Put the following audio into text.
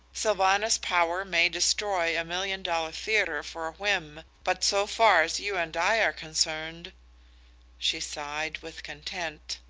sylvanus power may destroy a million-dollar theatre for a whim, but so far as you and i are concerned she sighed with content.